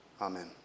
Amen